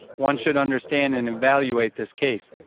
one should understand and evaluate this case.